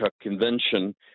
convention